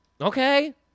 Okay